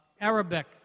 Arabic